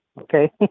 okay